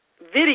video